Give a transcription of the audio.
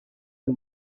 and